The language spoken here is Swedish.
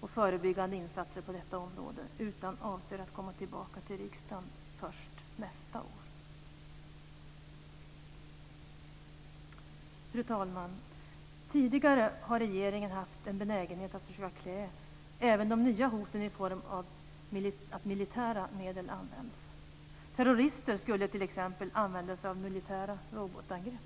och förebyggande insatser på detta område utan avser att komma tillbaka till riksdagen först nästa år. Fru talman! Tidigare har regeringen haft en benägenhet att försöka klä även de nya hoten i form av att militära medel används. Terrorister skulle t.ex. använda sig av militära robotangrepp.